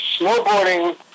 snowboarding